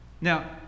Now